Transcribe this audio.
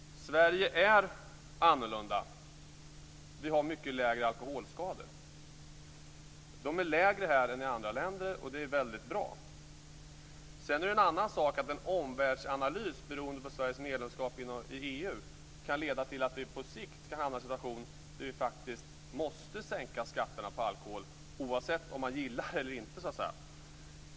Sverige är annorlunda. Vi har mycket lägre antal alkoholskador. Antalet är lägre här än i andra länder och det är väldigt bra. Sedan är det en annan sak att en omvärldsanalys beroende på Sveriges medlemskap i EU kan leda till att vi på sikt kan hamna i en situation där vi faktiskt måste sänka skatterna på alkohol oavsett om man gillar det eller inte.